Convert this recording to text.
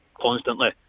Constantly